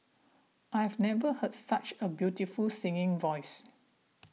I've never heard such a beautiful singing voice